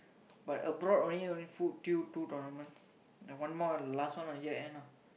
but abroad only only food till two tournaments and one more and last one on year end nah